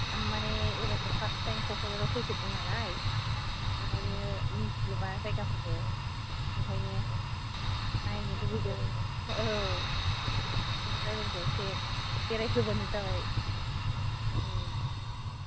आं माने एबारसो फार्स थाइम क'क्राझाराव फैफेरदों नालाय ओंखायनो मोनथिजोबा जायगाफोरखौ ओंखायनो नायनो लुबैदों औ जायगाखौ एसे बेराय होबानो जाबाय